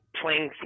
playing